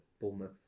Bournemouth